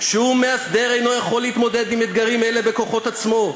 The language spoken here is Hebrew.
שום מאסדר אינו יכול להתמודד עם אתגרים אלה בכוחות עצמו.